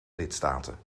lidstaten